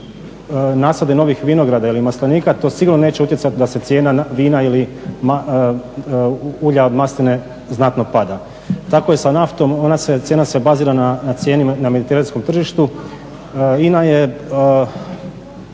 nasade novih vinograda ili maslinika to sigurno neće utjecati da se cijena vina ili ulja od masline znatno pada. Tako je sa naftom. Ona se, cijena se bazira na cijeni na mediteranskom tržištu. INA je